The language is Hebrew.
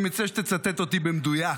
אני מציע שתצטט אותי במדויק.